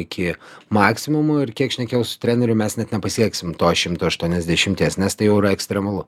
iki maksimumo ir kiek šnekėjau su treneriu mes net nepasieksim to šimto aštuoniasdešimties nes tai jau yra ekstremalu